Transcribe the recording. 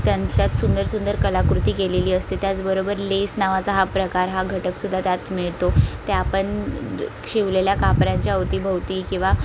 त्यांनी त्यात सुंदर सुंदर कलाकृती केलेली असते त्याचबरोबर लेस नावाचा हा प्रकार हा घटक सुद्धा त्यात मिळतो त्या पण शिवलेल्या कापडाच्या अवतीभवती किंवा